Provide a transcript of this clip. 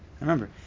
remember